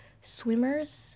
swimmers